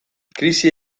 krisi